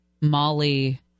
molly